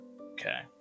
Okay